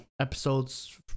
Episodes